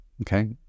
Okay